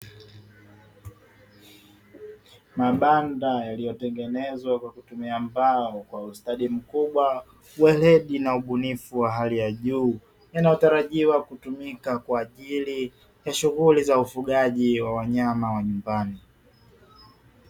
Mabanda yaliyotengenezwa kwa kutumia mbao kwa ustadi mkubwa, weledi na ubunifu wa hali ya juu; yanayotarajiwa kutumika kwa ajili ya shughuli za ufugaji wa wanyama wa nyumbani.